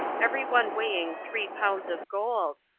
every one weighing three pounds of gold,